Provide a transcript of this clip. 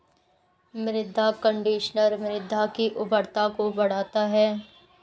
मृदा कंडीशनर मृदा की उर्वरता को बढ़ाता है